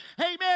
amen